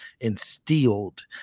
instilled